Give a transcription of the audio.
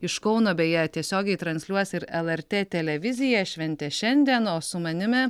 iš kauno beje tiesiogiai transliuos ir lrt televizija šventę šiandien su manimi